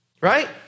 right